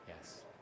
Yes